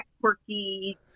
quirky